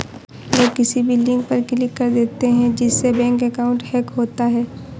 लोग किसी भी लिंक पर क्लिक कर देते है जिससे बैंक अकाउंट हैक होता है